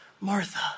Martha